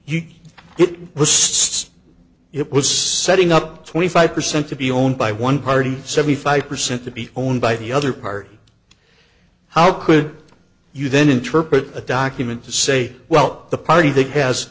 still it was setting up twenty five percent to be owned by one party seventy five percent to be owned by the other party how could you then interpret a document to say well the party that has